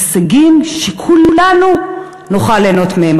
הישגים שכולנו נוכל ליהנות מהם,